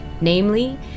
Namely